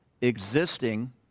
Existing